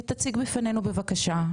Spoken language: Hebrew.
ותציג בפנינו בבקשה.